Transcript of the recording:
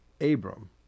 Abram